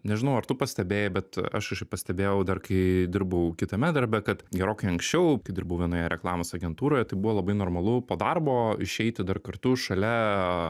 nežinau ar tu pastebėjai bet aš kažkaip pastebėjau dar kai dirbau kitame darbe kad gerokai anksčiau kai dirbau vienoje reklamos agentūroje tai buvo labai normalu po darbo išeiti dar kartu šalia